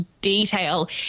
detail